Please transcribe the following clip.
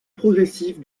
progressive